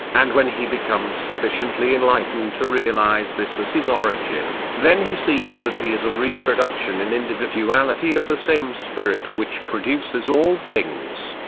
and when he becomes sufficiently enlightened to realise this as his origin, then he sees that he is a reproduction in individuality of the same spirit which produces all things,